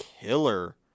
killer